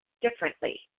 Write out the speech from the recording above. differently